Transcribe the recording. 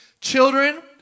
Children